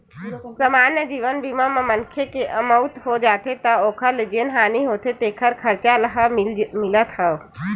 समान्य जीवन बीमा म मनखे के मउत हो जाथे त ओखर ले जेन हानि होथे तेखर खरचा ह मिलथ हव